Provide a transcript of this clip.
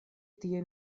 tie